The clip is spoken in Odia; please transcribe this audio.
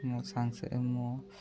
ମୁଁ ସାଙ୍ଗସେ ମୁଁ